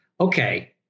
okay